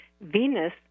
Venus